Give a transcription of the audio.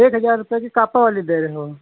एक हज़ार रुपये की कापा वाली दे रहे हो